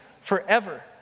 forever